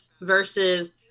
versus